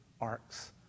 arcs